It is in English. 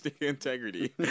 integrity